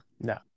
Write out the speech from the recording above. No